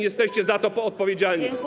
Jesteście za to odpowiedzialni.